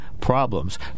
problems